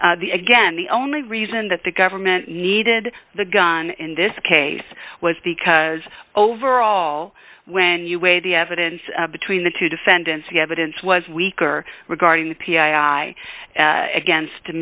i again the only reason that the government needed the gun in this case was because overall when you weigh the evidence between the two defendants the evidence was weaker regarding the p i i against